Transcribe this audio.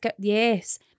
yes